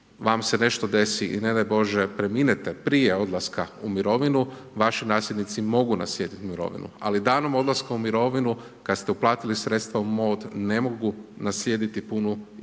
vam se nešto desi i ne daj Bože preminete prije odlaska u mirovinu, vaši nasljednici mogu naslijediti mirovinu. Ali danom odlaska u mirovinu, kad ste uplatili sredstva u MOD, ne mogu naslijediti puni iznos